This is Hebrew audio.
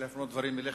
להפנות דברים אליך,